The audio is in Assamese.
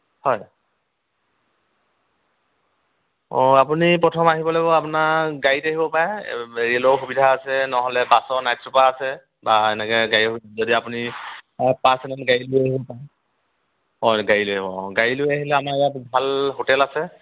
হয় অঁ আপুনি প্ৰথম আহিব লাগিব আপোনাৰ গাড়ীত আহিব পাৰে ৰে'লৰ সুবিধা আছে নহ'লে বাছৰ নাইট ছুপাৰ আছে বা এনেকৈ গাড়ী যদি আপুনি গাড়ী লৈ আহিব পাৰে অঁ গাড়ী লৈ আহিব অঁ গাড়ী লৈ আহিলে আমাৰ ইয়াত ভাল হোটেল আছে